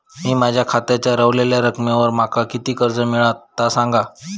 मी माझ्या खात्याच्या ऱ्हवलेल्या रकमेवर माका किती कर्ज मिळात ता सांगा?